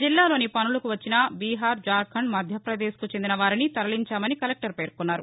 జిల్లాలోని పనులకు వచ్చిన బీహార్ జార్లండ్ మధ్యపదేశ్కు చెందినవారిని తరలించామని కలెక్లర్ పేర్కొన్నారు